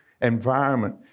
environment